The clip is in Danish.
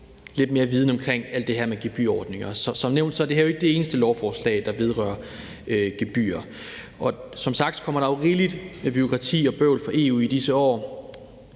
lidt mere viden omkring alt det her med gebyrordninger. Som nævnt er det her ikke det eneste lovforslag, der vedrører gebyrer. Som sagt kommer der jo rigeligt med bureaukrati og bøvl fra EU i disse år.